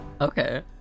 Okay